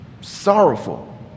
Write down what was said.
sorrowful